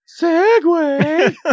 Segway